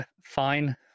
fine